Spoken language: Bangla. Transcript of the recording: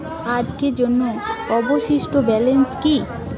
আজকের জন্য অবশিষ্ট ব্যালেন্স কি?